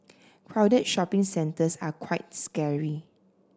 crowded shopping centres are quite scary